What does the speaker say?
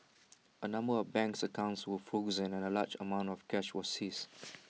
A number of banks accounts were frozen and A large amount of cash was seized